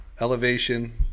elevation